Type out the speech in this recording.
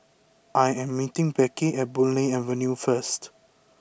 I am meeting Becky at Boon Lay Avenue first